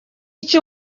iki